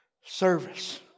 service